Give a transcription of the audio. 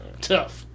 Tough